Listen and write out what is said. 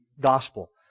Gospel